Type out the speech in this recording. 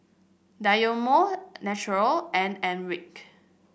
Dynamo Naturel and Airwick